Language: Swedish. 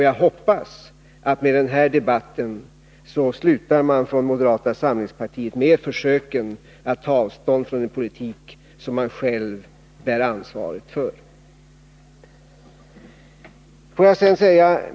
Jag hoppas att man från moderata samlingspartiet med den här debatten slutar med försöken att ta avstånd från en politik som man själv bär ansvaret för.